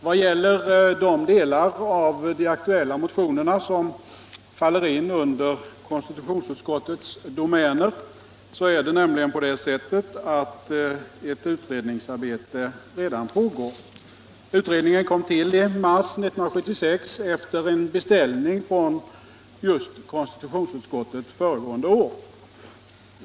Vad gäller de delar av de aktuella motionerna som faller in under konstitutionsutskottets domäner är det nämligen på det sättet att ett utredningsarbete redan pågår. Utredningen kom till i mars 1976 efter en beställning från just konstitutionsutskottet föregående år.